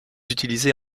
utilisées